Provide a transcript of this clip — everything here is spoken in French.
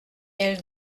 elle